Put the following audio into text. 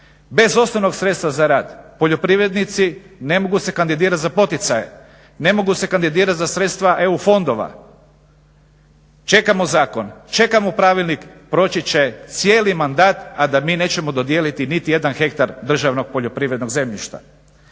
Bez osnovnog sredstva za rad poljoprivrednici ne mogu se kandidirati za poticaje, ne mogu se kandidirati za sredstva EU fondova. Čekamo zakon, čekamo pravilni, proći će cijeli mandat, a da mi nećemo dodijeliti niti jedan hektar državnog poljoprivrednog zemljišta.